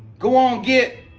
go on, git,